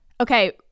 Okay